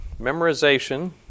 memorization